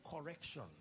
correction